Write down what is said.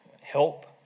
help